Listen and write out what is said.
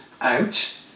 out